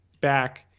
back